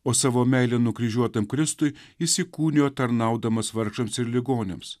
o savo meilę nukryžiuotam kristui jis įkūnijo tarnaudamas vargšams ir ligoniams